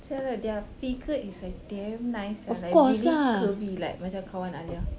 !siala! their figure is like damn nice sia like really curvy like macam kawan aliyah